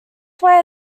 way